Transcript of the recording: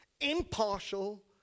impartial